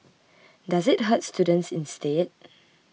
does it hurt students instead